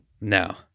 No